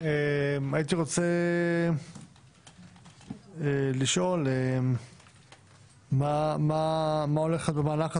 הייתי רוצה לשאול מה הולך להיות במהלך הזה?